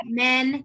men